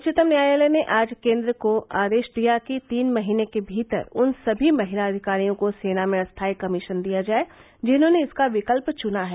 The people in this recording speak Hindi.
उच्चतम न्यायालय ने आज केन्द्र को आदेश दिया कि तीन महीने के भीतर उन सभी महिला अधिकारियों को सेना में स्थाई कमीशन दिया जाए जिन्होंने इसका विकल्प चुना है